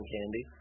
Candy